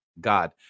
God